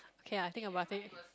okay ah I think about it